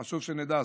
חשוב שנדע זאת.